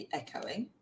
echoing